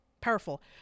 Powerful